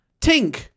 Tink